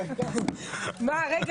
אומיקרון של נגיף הקורונה החדש (הוראת שעה),